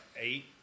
eight